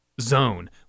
Zone